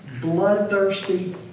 bloodthirsty